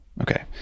Okay